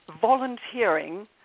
volunteering